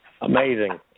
Amazing